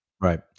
Right